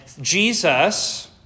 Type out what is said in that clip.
Jesus